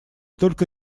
только